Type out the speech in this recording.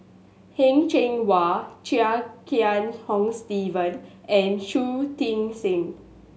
Heng Cheng Hwa Chia Kiah Hong Steve and Shui Tit Sing